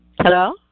Hello